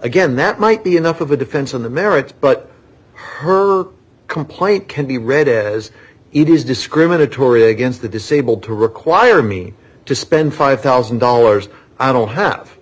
again that might be enough of a defense on the merits but her complaint can be read as it is discriminatory against the disabled to require me to spend five thousand dollars dollars busy i don't have